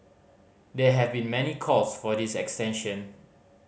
there have been many calls for its extension